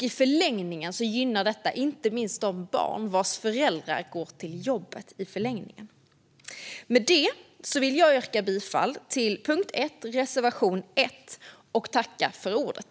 I förlängningen gynnar detta inte minst de barn vars föräldrar går till jobbet. Med det vill jag yrka bifall till punkt 1 under reservation 1 och tacka för ordet.